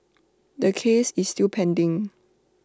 the case is still pending